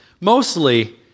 Mostly